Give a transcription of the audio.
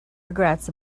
regrets